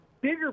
bigger